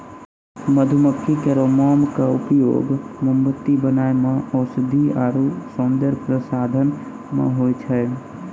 मधुमक्खी केरो मोम क उपयोग मोमबत्ती बनाय म औषधीय आरु सौंदर्य प्रसाधन म होय छै